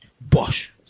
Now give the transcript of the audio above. Bosh